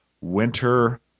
winter